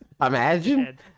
Imagine